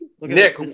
Nick